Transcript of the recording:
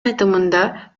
айтымында